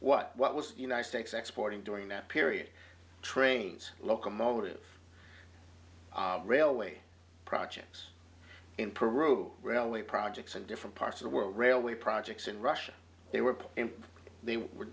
what what was the united states exporting during that period trains locomotive railway projects in peru railway projects in different parts of the world railway projects in russia they were put in they were